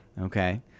Okay